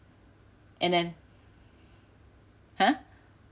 and then !huh!